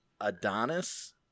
Adonis